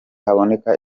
haboneka